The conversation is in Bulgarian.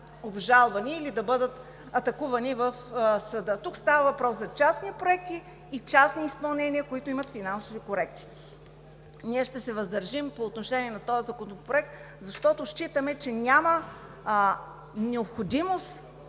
правилата или да бъдат атакувани в съда. Става въпрос за частни проекти и частни изпълнения, които имат финансова корекции. Ние ще се въздържим по отношение на този законопроект, защото считаме, че няма необходимост